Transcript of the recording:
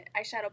eyeshadow